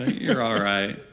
you're all right.